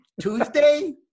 Tuesday